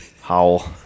howl